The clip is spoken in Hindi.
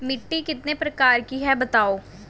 मिट्टी कितने प्रकार की होती हैं बताओ?